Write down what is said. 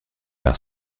par